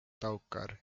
taukar